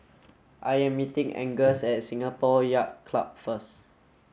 I am meeting Angus at Singapore Yacht Club first